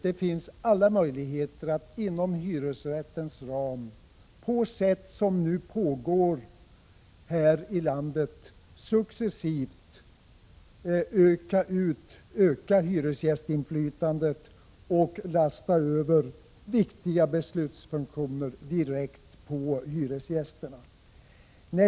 Det finns alla möjligheter att inom hyresrättens ram på sätt som nu pågår i landet successivt öka hyresgästsinflytandet och föra över viktiga beslutsfunktioner direkt på hyresgästerna.